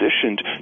positioned